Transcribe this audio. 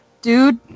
Dude